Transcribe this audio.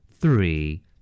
three